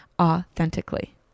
Authentically